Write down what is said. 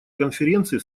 конференции